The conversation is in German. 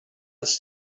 ist